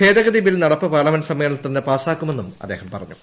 ഭേദഗതി ബിൽ നടപ്പു പാർലമെന്റ് സമ്മേളനത്തിൽ തന്നെ പാസ്സാക്കുമെന്നും അദ്ദേഹം പറഞ്ഞു